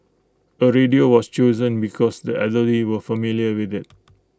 A radio was chosen because the elderly were familiar with IT